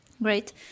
Great